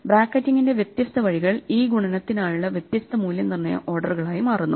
ബ്രാക്കറ്റിംഗിന്റെ വ്യത്യസ്ത വഴികൾ ഈ ഗുണനത്തിനായുള്ള വ്യത്യസ്ത മൂല്യനിർണ്ണയ ഓർഡറുകളുമായി മാറുന്നു